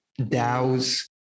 DAOs